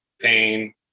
pain